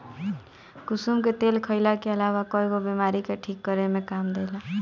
कुसुम के तेल खाईला के अलावा कईगो बीमारी के ठीक करे में काम देला